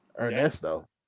Ernesto